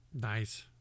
nice